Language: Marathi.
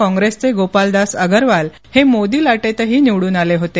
काँग्रेसचे गोपालदास अगरवाल हे मोदी लाटेतही निवडून आले होते